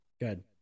Good